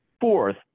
Fourth